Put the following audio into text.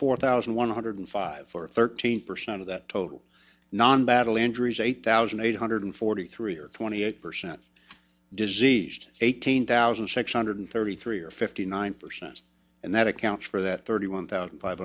four thousand one hundred five for thirteen percent of that total non battle injuries eight thousand eight hundred forty three or twenty eight percent diseased eighteen thousand six hundred thirty three or fifty nine percent and that accounts for that thirty one thousand five